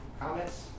comments